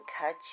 cut